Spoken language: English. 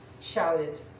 shouted